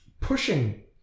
Pushing